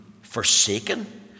forsaken